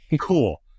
Cool